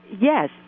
Yes